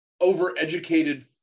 over-educated